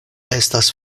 estas